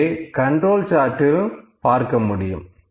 இதை கண்ட்ரோல் சார்ட்டில் பார்க்க முடியும்